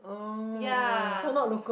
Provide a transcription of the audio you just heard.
yeah